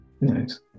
nice